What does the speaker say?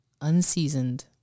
unseasoned